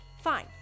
Fine